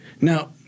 Now